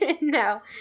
no